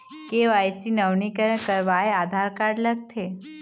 KYC नवीनीकरण करवाये Aadhaar card लगथे?